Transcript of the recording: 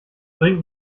bringt